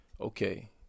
Okay